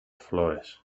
flores